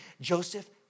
Joseph